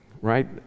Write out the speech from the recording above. right